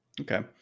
Okay